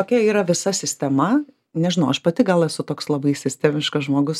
tokia yra visa sistema nežinau aš pati gal esu toks labai sistemiškas žmogus